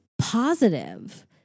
positive